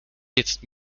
jetzt